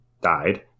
died